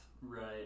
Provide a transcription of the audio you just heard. Right